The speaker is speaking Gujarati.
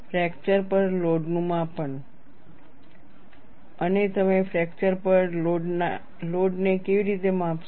ફ્રેક્ચર પર લોડનું માપન અને તમે ફ્રેક્ચર પરના લોડ ને કેવી રીતે માપશો